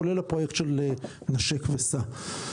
כולל הפרויקט של 'נשק וסע'.